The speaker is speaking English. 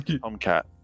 Tomcat